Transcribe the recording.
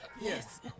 Yes